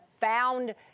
found